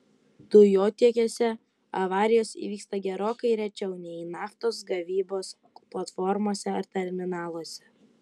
dujotiekiuose avarijos įvyksta gerokai rečiau nei naftos gavybos platformose ar terminaluose